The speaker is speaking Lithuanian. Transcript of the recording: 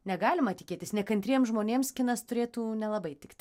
negalima tikėtis nekantriems žmonėms kinas turėtų nelabai tikti